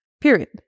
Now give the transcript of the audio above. Period